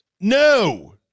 no